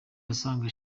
asanga